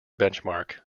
benchmark